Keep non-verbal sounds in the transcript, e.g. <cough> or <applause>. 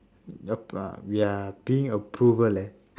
nope ah we are being approval leh <breath>